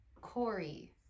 Corey